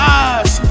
eyes